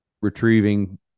retrieving